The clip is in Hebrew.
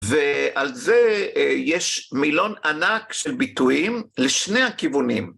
ועל זה יש מילון ענק של ביטויים לשני הכיוונים.